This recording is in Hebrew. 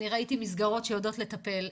ראיתי מסגרות שיודעות לטפל.